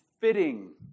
fitting